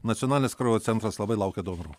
nacionalinis kraujo centras labai laukia donorų